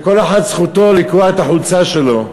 וכל אחד זכותו לקרוע את החולצה שלו.